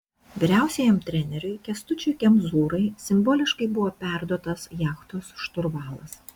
vyriausiajam treneriui kęstučiui kemzūrai simboliškai buvo perduotas jachtos šturvalas